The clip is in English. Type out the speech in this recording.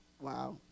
Wow